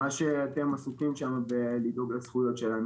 מה שאתם עסוקים שם בלדאוג לזכויות שלנו